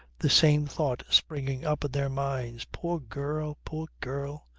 the same thought springing up in their minds poor girl! poor girl!